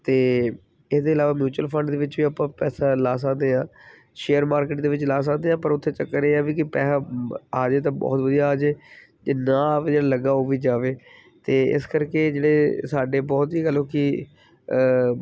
ਅਤੇ ਇਹਦੇ ਇਲਾਵਾ ਮਿਊਚਲ ਫੰਡ ਦੇ ਵਿੱਚ ਵੀ ਆਪਾਂ ਪੈਸਾ ਲਾ ਸਕਦੇ ਹਾਂ ਸ਼ੇਅਰ ਮਾਰਕੀਟ ਦੇ ਵਿੱਚ ਲਾ ਸਕਦੇ ਹਾਂ ਪਰ ਉੱਥੇ ਚੱਕਰ ਇਹ ਹੈ ਵੀ ਕਿ ਪੈਸਾ ਆ ਜੇ ਤਾਂ ਬਹੁਤ ਵਧੀਆ ਆ ਜੇ ਜੇ ਨਾ ਆਵੇ ਜਿਹੜਾ ਲੱਗਾ ਉਹ ਵੀ ਜਾਵੇ ਅਤੇ ਇਸ ਕਰਕੇ ਜਿਹੜੇ ਸਾਡੇ ਬਹੁਤ ਹੀ ਤਾਂ ਲੋਕ